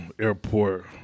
Airport